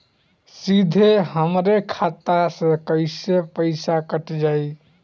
सीधे हमरे खाता से कैसे पईसा कट जाई?